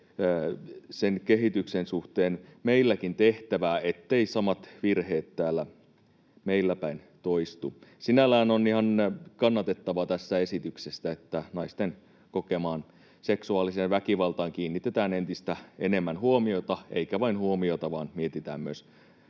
sen kehityksen suhteen meilläkin tehtävää, etteivät samat virheet täällä meillä päin toistu. Sinällään on ihan kannatettavaa tässä esityksessä, että naisten kokemaan seksuaaliseen väkivaltaan kiinnitetään entistä enemmän huomiota, eikä vain huomiota, vaan mietitään myös